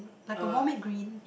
like a vomit green